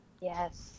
Yes